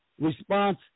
response